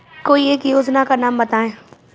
कोई एक योजना का नाम बताएँ?